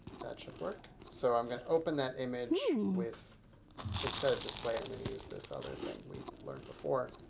that should work. so i'm going to open that image with instead of display i'm going to use this other thing we learned before,